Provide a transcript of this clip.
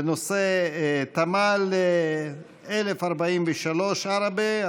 בנושא תמ"ל 1043 עראבה,